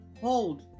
hold